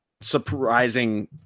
surprising